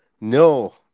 No